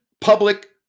public